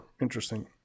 interesting